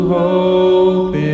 hope